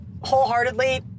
wholeheartedly